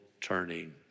turning